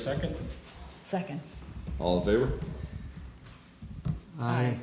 second second all